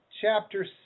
Chapter